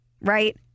right